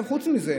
חוץ מזה,